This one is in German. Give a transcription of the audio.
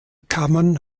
kammern